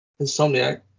Insomniac